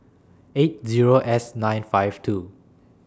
eight Zero S nine five two